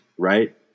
Right